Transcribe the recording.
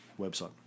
website